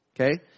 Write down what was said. Okay